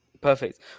Perfect